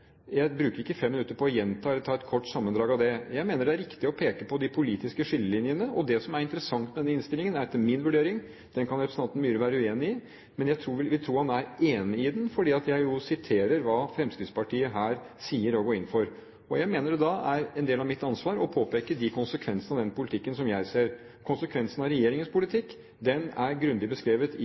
Jeg bruker ikke fem minutter på å gjenta eller ta et kort sammendrag av den. Jeg mener det er riktig å peke på de politiske skillelinjene, det er det som er interessant med denne innstillingen etter min vurdering. Representanten Myhre kan være uenig – men jeg vil tro han er enig, for jeg siterer jo hva Fremskrittspartiet her sier og går inn for. Jeg mener det er en del av mitt ansvar å påpeke de konsekvensene av den politikken som jeg ser. Konsekvensene av regjeringens politikk er grundig beskrevet i